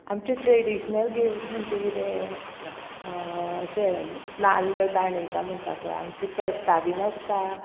आमचे traditional games म्हणजे कितें अशें नाल्ल दाणयता म्हणटा पळय आमची फेस्तां बीन आसता